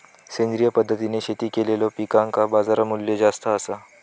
सेंद्रिय पद्धतीने शेती केलेलो पिकांका बाजारमूल्य जास्त आसा